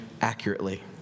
accurately